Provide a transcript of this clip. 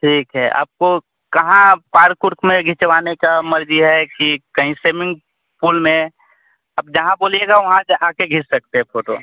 ठीक है आपको कहाँ पार्क ओर्क में खिंचवाने की मर्ज़ी है कि कहीं सेमिंग पुल में आप जहाँ बोलिएगा वहाँ आकर खींच सकते हैं फ़ोटो